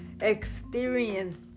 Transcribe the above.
experience